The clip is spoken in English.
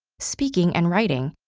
speaking and writing,